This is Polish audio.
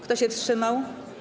Kto się wstrzymał?